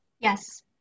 Yes